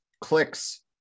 Clicks